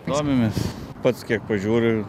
domimės pats kiek pažiūriu